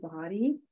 body